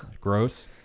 gross